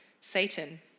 Satan